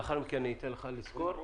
לאחר מכן ניתן לך לסקור את הדברים.